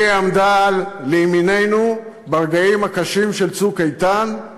היא עמדה לימיננו ברגעים הקשים של "צוק איתן";